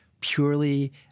purely